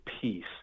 peace